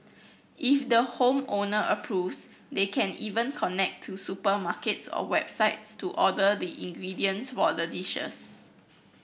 if the home owner approves they can even connect to supermarkets or websites to order the ingredients for the dishes